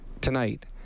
tonight